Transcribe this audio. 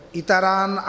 Itaran